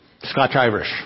Scotch-Irish